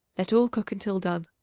let all cook until done.